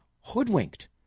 hoodwinked